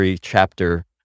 chapter